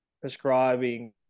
prescribing